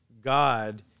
God